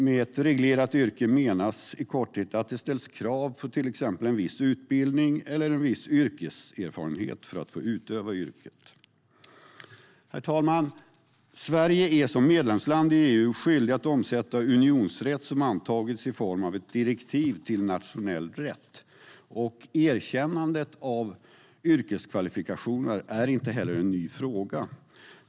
Med ett reglerat yrke menas i korthet att det ställs krav på till exempel en viss utbildning eller en viss yrkeserfarenhet för att få utöva yrket. Herr talman! Unionsrätt som antagits i form av ett direktiv är Sverige som medlemsland i EU skyldigt att omsätta i nationell rätt. Erkännandet av yrkeskvalifikationer är inte heller en ny fråga.